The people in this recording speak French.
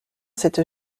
cette